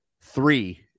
three